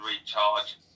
recharge